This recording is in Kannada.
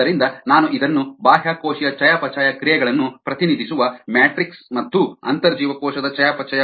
ಆದ್ದರಿಂದ ನಾನು ಇದನ್ನು ಬಾಹ್ಯಕೋಶೀಯ ಚಯಾಪಚಯ ಕ್ರಿಯೆಗಳನ್ನು ಪ್ರತಿನಿಧಿಸುವ ಮ್ಯಾಟ್ರಿಕ್ಸ್ ಮತ್ತು ಅಂತರ್ಜೀವಕೋಶದ ಚಯಾಪಚಯ